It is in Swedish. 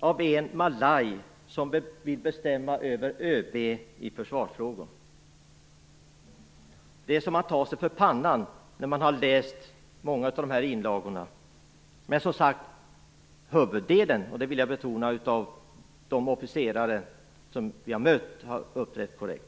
av en malaj som vill bestämma över ÖB i försvarsfrågor. Det är så att man tar sig för pannan när man läser många av dessa inlagor. Jag vill betona att huvuddelen av de officerare som jag har mött har uppträtt korrekt.